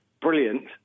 brilliant